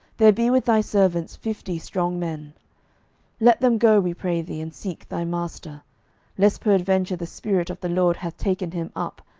there be with thy servants fifty strong men let them go, we pray thee, and seek thy master lest peradventure the spirit of the lord hath taken him up,